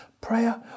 Prayer